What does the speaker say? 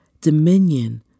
dominion